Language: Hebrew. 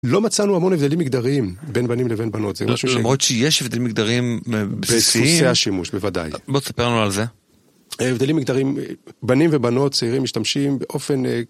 לא מצאנו המון הבדלים מגדריים בין בנים לבין בנות, זה משהו ש... למרות שיש הבדלים מגדריים בדפוסי השימוש, בוודאי. בוא תספר לנו על זה. הבדלים מגדריים, בנים ובנות, צעירים משתמשים באופן...